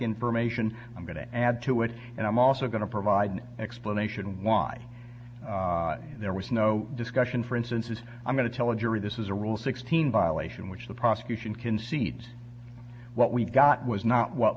information i'm going to add to it and i'm also going to provide an explanation why there was no discussion for instance is i'm going to tell a jury this is a rule sixteen violation which the prosecution concedes what we got was not what